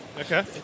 Okay